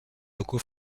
locaux